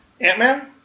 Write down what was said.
Ant-Man